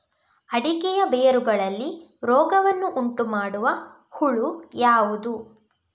ಅಡಿಕೆಯ ಬೇರುಗಳಲ್ಲಿ ರೋಗವನ್ನು ಉಂಟುಮಾಡುವ ಹುಳು ಯಾವುದು?